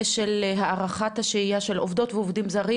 של הארכת השהייה של עובדות ועובדים זרים,